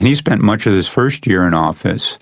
and he spent much of his first year in office